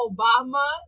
Obama